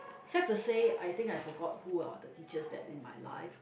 sad to say I think I forgot who are the teachers that in my life